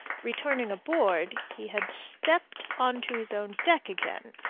returning aboard, he had stepped on to his own deck again.